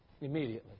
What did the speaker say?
Immediately